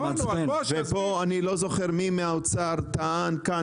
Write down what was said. מישהו מהאוצר טען כאן,